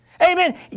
Amen